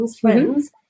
friends